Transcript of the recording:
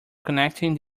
connecting